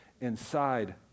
inside